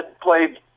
played